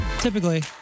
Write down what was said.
Typically